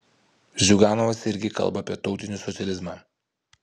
ziuganovas irgi kalba apie tautinį socializmą